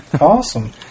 awesome